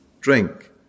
drink